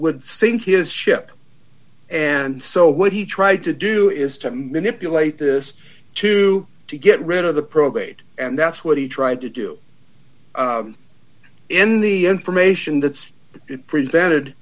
would sink his ship and so what he tried to do is to manipulate this to to get rid of the probate and that's what he tried to do in the information that's prevented